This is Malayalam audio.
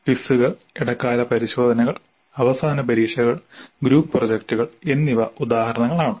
ക്വിസുകൾ ഇടക്കാല പരിശോധനകൾ അവസാന പരീക്ഷകൾ ഗ്രൂപ്പ് പ്രോജക്റ്റുകൾ എന്നിവ ഉദാഹരണങ്ങളാണ്